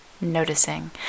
noticing